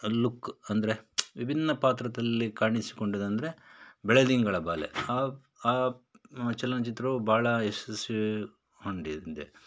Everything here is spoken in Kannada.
ಲುಕ್ ಅಂದರೆ ವಿಭಿನ್ನ ಪಾತ್ರದಲ್ಲಿ ಕಾಣಿಸಿಕೊಂಡಿದ್ದು ಅಂದರೆ ಬೆಳದಿಂಗಳ ಬಾಲೆ ಆ ಆ ಚಲನಚಿತ್ರವು ಭಾಳ ಯಶಸ್ವಿಗೊಂಡಿದೆ